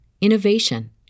innovation